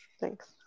thanks